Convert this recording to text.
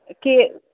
के